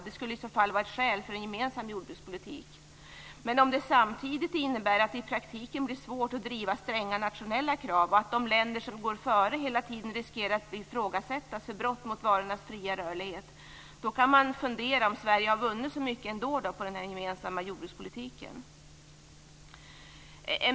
Det skulle i så fall vara ett skäl för en gemensam jordbrukspolitik. Men om en sådan samtidigt innebär att det i praktiken blir svårt att driva stränga nationella krav och att de länder som går före hela tiden riskerar att ifrågasättas för brott mot varornas fria rörlighet, då kan man fundera över om Sverige har vunnit så mycket på denna gemensamma jordbrukspolitik.